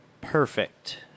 perfect